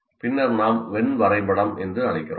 பின்னர் நாம் வென் வரைபடம் என்று அழைக்கிறோம்